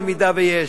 במידה שיש,